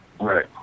right